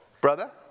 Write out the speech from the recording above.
Brother